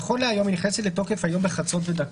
נכון להיום היא נכנסת לתוקף היום בחצות ודקה.